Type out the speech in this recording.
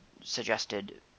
suggested